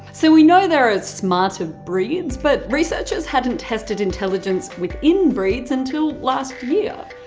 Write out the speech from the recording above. so we know there are smarter breeds, but researchers hadn't tested intelligence within breeds until last year.